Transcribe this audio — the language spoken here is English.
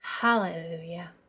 Hallelujah